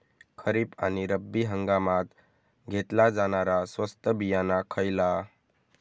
खरीप आणि रब्बी हंगामात घेतला जाणारा स्वस्त बियाणा खयला?